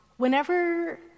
whenever